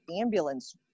ambulance